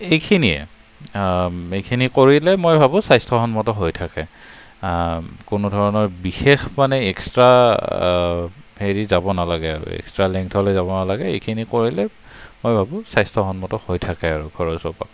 এইখিনিয়ে এইখিনি কৰিলে মই ভাবো স্বাস্থ্যসন্মত হৈ থাকে কোনো ধৰণৰ বিশেষ মানে এক্সট্ৰা হেৰি যাব নালাগে আৰু এক্সট্ৰা লেন্থলৈ যাব নালাগে এইখিনি কৰিলে মই ভাবো স্বাস্থ্যসন্মত হৈ থাকে আৰু ঘৰৰ চৌপাশটো